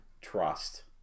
trust